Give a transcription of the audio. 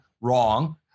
Wrong